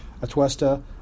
Atuesta